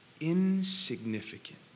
insignificant